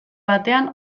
batean